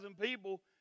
people